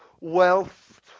wealth